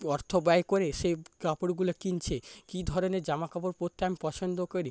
অর্থ ব্যয় করে সে কাপড়গুলো কিনছে কী ধরনের জামা কাপড় পরতে আমি পছন্দ করি